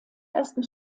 ersten